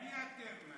מי אתם?